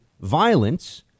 violence